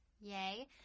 yay